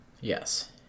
Yes